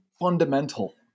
fundamental